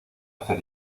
hacer